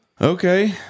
Okay